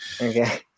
Okay